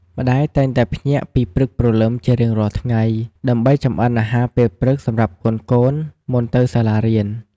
ម្តាយតែងតែភ្ញាក់ពីព្រឹកព្រលឹមជារៀងរាល់ថ្ងៃ ដើម្បីចម្អិនអាហារពេលព្រឹកសម្រាប់កូនៗមុនទៅសាលារៀន។